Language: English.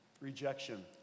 rejection